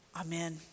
Amen